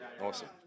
awesome